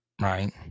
Right